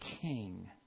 King